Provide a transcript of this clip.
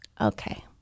okay